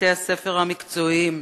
(בתי-ספר מקצועיים),